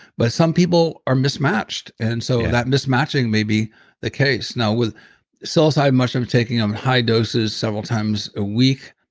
but some people are mismatched. and so that mismatching may be the case now with psilocybin mushroom taking on high doses several times a week.